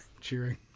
cheering